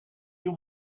you